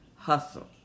Hustle